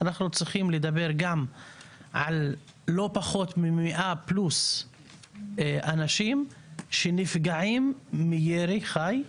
אנחנו צריכים לדבר גם על לא פחות מ-100 פלוס אנשים שנפגעים מירי חי,